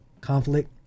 conflict